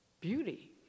beauty